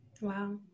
Wow